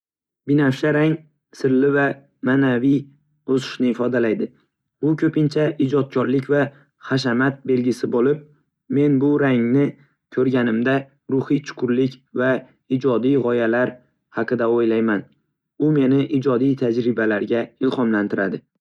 Binafsha rang sirli va ma’naviy o‘sishni ifodalaydi. U ko‘pincha ijodkorlik va hashamat belgisi bo‘lib, men bu rangni ko‘rganimda ruhiy chuqurlik va ijodiy g‘oyalar haqida o‘ylayman. U meni ijodiy tajribalarga ilhomlantiradi.